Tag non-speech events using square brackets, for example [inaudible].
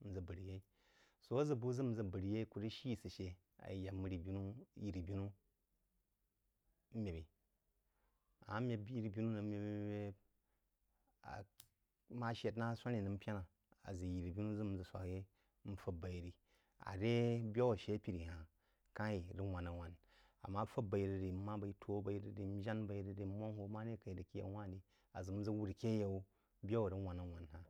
N ʒə bər yeī. Sō á ʒə bu n ʒə bər yeì ku rəg shí sə shə a ya məri binu yirí-binú [unintelligible] a yak məri binu məb-ī. Ammá məb yiri bin rəg məb məb məb məb ah má shər na aso̍ní nəm pəna a ʒək yiri-binu ʒək n swāk yeí n fāb b’eí rí. Aré byaú a shə piri ha-hn ká-h yírəg wanna-rəg-wana. Àmma fab b’eí yí rí, mma b’eí tō b’aí rəg rí, n jān b’aí rəg rí, n wángk hō máré kaí rəg aké yaú-wah-nrí a ʒək n ʒə wūr aké ayaú byaú a rəg wānā-wana ha-hn.